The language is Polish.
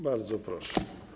Bardzo proszę.